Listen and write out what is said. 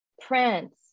Prince